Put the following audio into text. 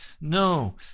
No